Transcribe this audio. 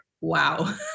wow